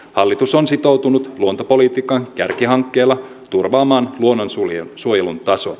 hallitus on sitoutunut luontopolitiikan kärkihankkeella turvaamaan luonnonsuojelun tason